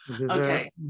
Okay